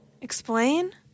Explain